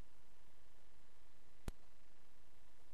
מדינה